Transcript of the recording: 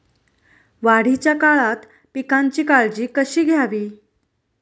वाढीच्या काळात पिकांची काळजी कशी घ्यावी?